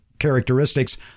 Characteristics